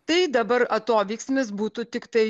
tai dabar atoveiksmis būtų tiktai